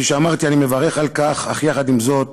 כפי שאמרתי, אני מברך על כך, אך יחד עם זאת